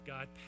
God